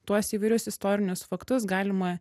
tuos įvairius istorinius faktus galima